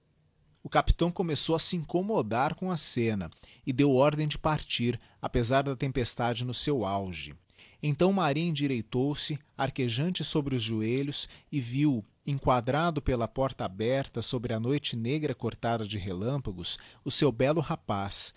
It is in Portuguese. o capitão começou a se incommodar com a scena e deu ordem de partir apezar da tempestade no seu auge então maria indireitou se arquejante sobre os joelhos e viu enquadrado pela porta aberta sobre a noite negra cortada de relâmpagos o seu bello rapaz